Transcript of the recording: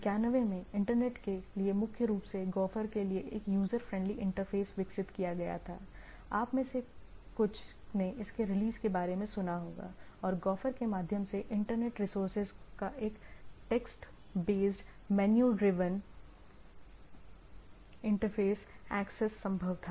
91 में इंटरनेट के लिए मुख्य रूप से गोफर के लिए एक यूजर फ्रेंडली इंटरफेस विकसित किया गया था आप में से कुछ ने इसके रिलीज के बारे में सुना होगा और गोफर के माध्यम से इंटरनेट रिसोर्सेज का एक text based menu driven interface access संभव था